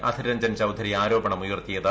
Adhir Ranjan Chowdhury ആരോപണമുയർത്തിയത്